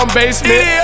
basement